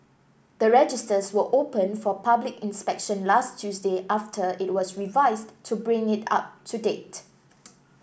the registers were opened for public inspection last Tuesday after it was revised to bring it up to date